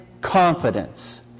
Confidence